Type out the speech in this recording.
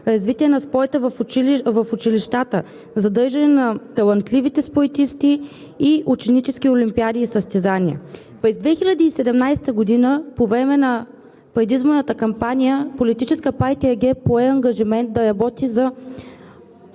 развитие на спорта в училищата, задържане на талантливите спортисти, ученически олимпиади и състезания. През 2017 г. по време на предизборната кампания Политическа партия ГЕРБ пое ангажимент да работи за